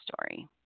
story